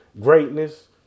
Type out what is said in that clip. greatness